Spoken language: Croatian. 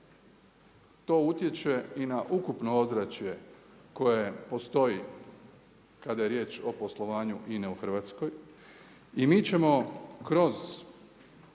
To utječe i na ukupno ozračje koje postoji kada je riječ o poslovanju INA-e u Hrvatskoj. I mi ćemo kroz